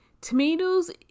tomatoes